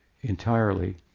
entirely